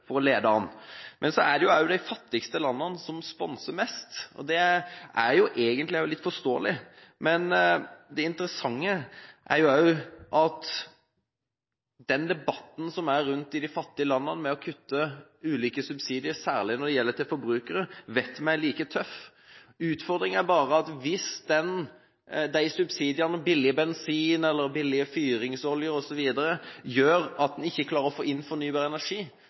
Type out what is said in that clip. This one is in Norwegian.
Men så er det de fattigste landene som sponser mest, og det er egentlig også litt forståelig. Det interessante er at den debatten som er rundt i de fattige landene om å kutte ulike subsidier, særlig til forbrukere, er like tøff, det vet vi. Utfordringen er bare: Hvis de subsidiene – billig bensin eller billig fyringsolje osv. – gjør at vi ikke klarer å få inn fornybar energi,